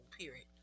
period